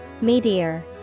Meteor